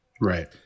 Right